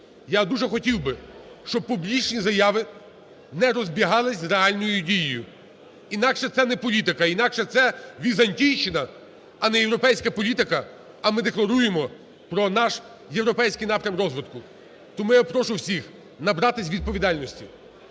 Я дуже хотів би, щоб публічні заяви не розбігалися з реальною дією, інакше це не політика, інакше це візантійщина, а не європейська політика, а ми декларуємо про наш європейський напрям розвитку. Тому я прошу всіх набратися відповідальності,